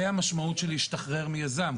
זה המשמעות של להשתחרר מיזם.